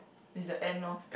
it's the end lor